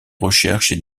recherches